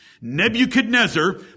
Nebuchadnezzar